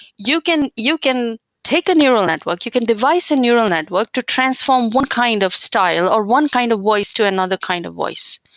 you can you can take a neural network. you can device a neural network to transform one kind of style or one kind of voice to another kind of voice,